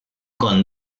con